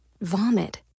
vomit